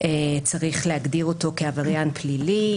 צריך להגדיר אותו כעבריין פלילי.